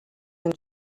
been